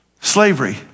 Slavery